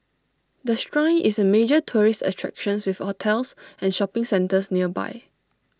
the Shrine is A major tourist attractions with hotels and shopping centres nearby